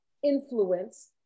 influence